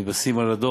שמתבססים עליו,